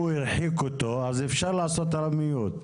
הרחיק אותו, אפשר לעשות לו מיוט.